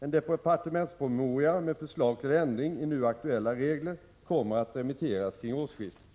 En departementspromemoria med förslag till ändring i nu aktuella regler kommer att remitteras kring årsskiftet.